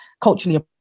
culturally